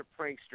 prankster